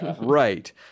right